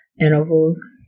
intervals